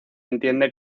entiende